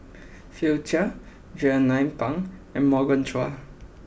Philip Chia Jernnine Pang and Morgan Chua